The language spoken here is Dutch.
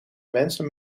mensen